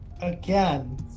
Again